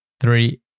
three